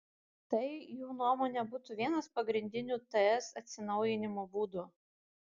tai jų nuomone būtų vienas pagrindinių ts atsinaujinimo būdų